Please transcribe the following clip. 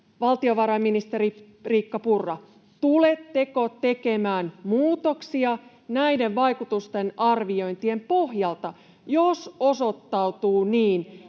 valtiovarainministeri Riikka Purralta: tuletteko tekemään muutoksia näiden vaikutustenarviointien pohjalta, jos osoittautuu,